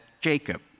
Jacob